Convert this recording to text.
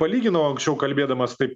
palyginau anksčiau kalbėdamas taip